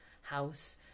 house